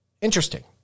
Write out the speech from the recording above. Interesting